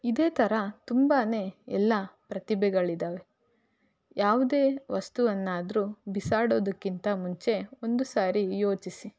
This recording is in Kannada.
ಇದೇ ಥರ ತುಂಬಾ ಎಲ್ಲ ಪ್ರತಿಭೆಗಳಿದವೆ ಯಾವುದೇ ವಸ್ತುವನ್ನಾದರೂ ಬಿಸಾಡೋದಕ್ಕಿಂತ ಮುಂಚೆ ಒಂದು ಸಾರಿ ಯೋಚಿಸಿ